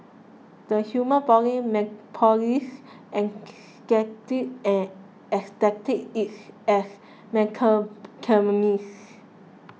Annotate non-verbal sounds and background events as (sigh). the human body met police ecstasy and ecstasy its as (unintelligible)